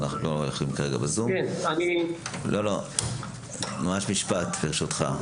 בזום, ממש משפט ברשותך.